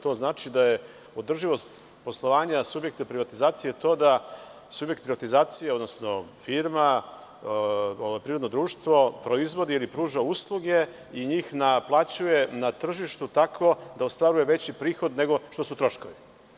To znači da je održivost poslovanja subjekta privatizacije to da subjekt privatizacije, odnosno firma, privredno društvo, proizvodi ili pruža usluge i njih naplaćuje na tržištu tako da ostvaruje veći prihod nego što su troškovi.